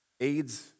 AIDS